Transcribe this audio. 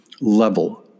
level